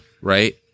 right